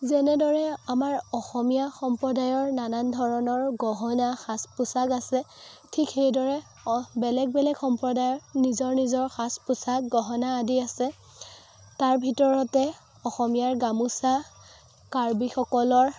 যেনেদৰে আমাৰ অসমীয়া সম্প্ৰদায়ৰ নানান ধৰণৰ গহনা সাজ পোচাক আছে ঠিক সেইদৰে অ বেলেগ বেলেগ সম্প্ৰদায়ৰ নিজৰ নিজৰ সাজ পোচাক গহনা আদি আছে তাৰ ভিতৰতে অসমীয়াৰ গামোছা কাৰ্বিসকলৰ